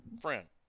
friend